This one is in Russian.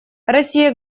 россия